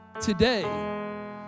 Today